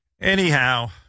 Anyhow